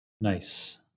Nice